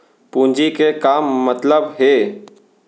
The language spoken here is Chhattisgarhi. पूंजी के का मतलब हे?